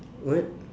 what